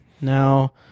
now